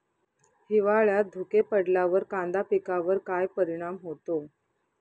हिवाळ्यात धुके पडल्यावर कांदा पिकावर काय परिणाम होतो?